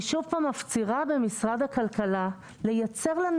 אני שוב מפצירה במשרד הכלכלה לייצר לנו